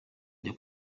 jya